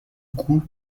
cou